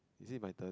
is it my turn